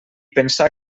pensar